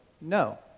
no